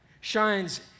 shines